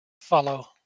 follow